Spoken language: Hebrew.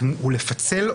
המרכזית.